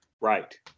Right